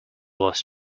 lost